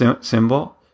Symbol